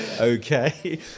Okay